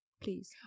Please